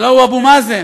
הלוא הוא אבו מאזן,